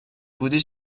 بودی